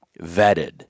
vetted